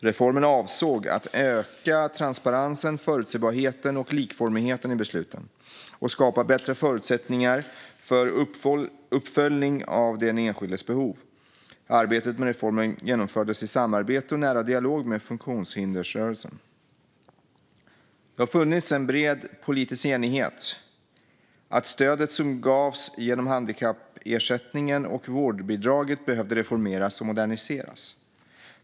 Reformen avsåg att öka transparensen, förutsebarheten och likformigheten i besluten och att skapa bättre förutsättningar för uppföljning av den enskildes behov. Arbetet med reformen genomfördes i samarbete och nära dialog med funktionshindersrörelsen. Det fanns en bred politisk enighet om att stödet som gavs genom handikappersättningen och vårdbidraget behövde reformeras och moderniseras.